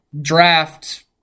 draft